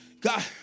God